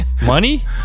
Money